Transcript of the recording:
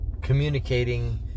Communicating